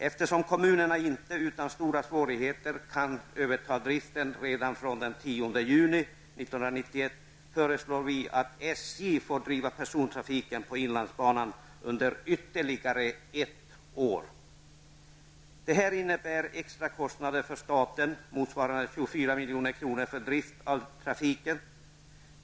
Eftersom kommunerna inte utan stora svårigheter kan överta driften redan från den 10 juni 1991 föreslår vi att SJ får driva persontrafiken på inlandsbanan under ytterligare ett år. Det innebär extra kostnader för staten motsvarande 24 milj.kr. för drift av trafiken.